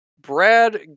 Brad